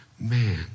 man